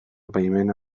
baimena